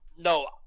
No